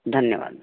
धन्यवादः